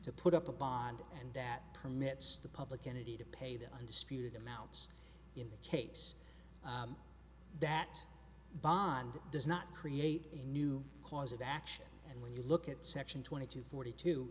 to put up a bond and that permits the public entity to pay the undisputed amounts in the case that bond does not create a new clause of action and when you look at section twenty two forty two